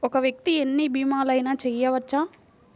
ఒక్క వ్యక్తి ఎన్ని భీమలయినా చేయవచ్చా?